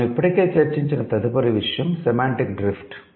మనం ఇప్పటికే చర్చించిన తదుపరి విషయం సెమాంటిక్ డ్రిఫ్ట్